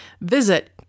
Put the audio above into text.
Visit